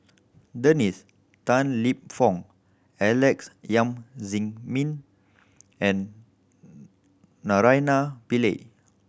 Dennis Tan Lip Fong Alex Yam Ziming and Naraina Pillai